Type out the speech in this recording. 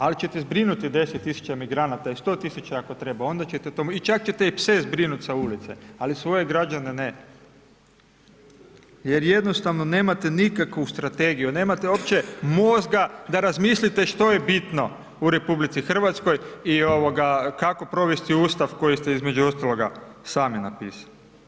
Al će te zbrinuti 10 tisuća migranata i 100 tisuća ako treba, onda će te to, čak će te i pse zbrinuti sa ulice, ali svoje građane ne, jer jednostavno nemate nikakvu strategiju, nemate opće mozga da razmislite što je bitno u Republici Hrvatskoj i ovoga, kako provesti Ustav koji ste između ostaloga sami napisali.